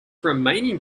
remaining